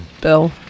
Bill